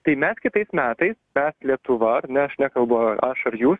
tai mes kitais metais mes lietuva ar ne aš nekalbu aš ar jūs